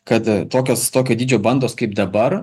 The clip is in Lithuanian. kad tokios tokio dydžio bandos kaip dabar